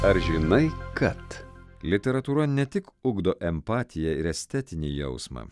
ar žinai kad literatūra ne tik ugdo empatiją ir estetinį jausmą